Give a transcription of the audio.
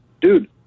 dude